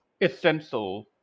essential